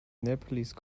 nepalese